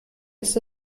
ist